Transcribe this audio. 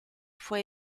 fue